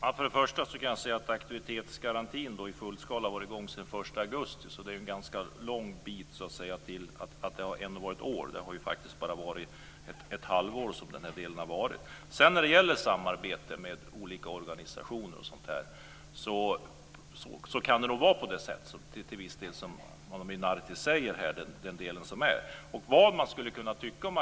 Fru talman! Först och främst kan jag säga att aktivitetsgarantin har varit i gång i full skala sedan den 1 augusti. Det är lång bit kvar till ett år. Det är fråga om ett halvår. Sedan var det samarbetet med olika organisationer. Det kan nog till viss del vara som Ana Maria Narti säger.